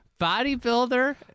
bodybuilder